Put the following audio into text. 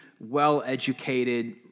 well-educated